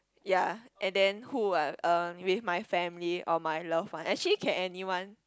ya and then who ah uh with my family or my loved one actually can anyone